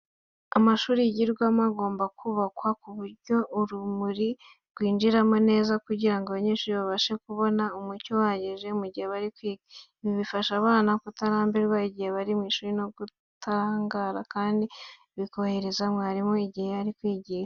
Amashuri yigirwamo agomba kubakwa ku buryo urumuri rwinjiramo neza kugira ngo abanyeshuri babashe kubona umucyo uhagije mu gihe bari kwiga. Ibi bifasha abana kutarambirwa igihe bari mu ishuri no kutarangara, kandi bikorohereza na mwarimu igihe ari kwigisha.